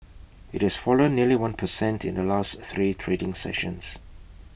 IT has fallen nearly one per cent in the last three trading sessions